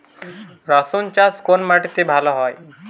রুসুন চাষ কোন মাটিতে ভালো হয়?